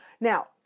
Now